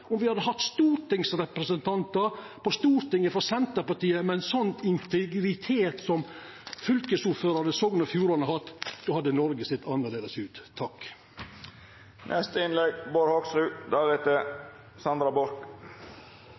om me hadde hatt representantar på Stortinget for Senterpartiet med ein slik integritet som fylkesordføraren i Sogn og Fjordane har hatt! Då hadde Noreg